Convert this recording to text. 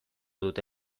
dute